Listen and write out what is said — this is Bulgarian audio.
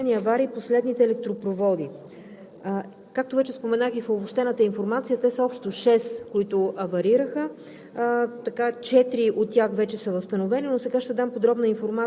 За периода от 10 до 13 януари са констатирани аварии по следните електропроводи. Както вече споменах и в обобщената информация, те са общо шест, които аварираха,